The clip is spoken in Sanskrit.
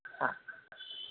ह अस्तु